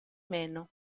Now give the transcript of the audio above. meno